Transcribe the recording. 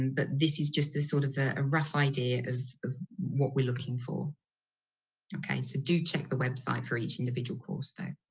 and but this is just sort of ah a rough idea of what we're looking for so do check the website for each individual course, though.